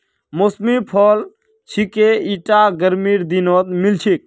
मौसमी फल छिके ईटा गर्मीर दिनत मिल छेक